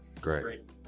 Great